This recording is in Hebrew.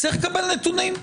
צריך לקבל נתונים.